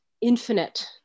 infinite